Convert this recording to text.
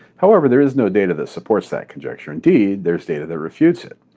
however, there is no data that supports that conjecture. indeed, there is data that refutes it.